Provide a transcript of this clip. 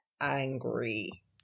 angry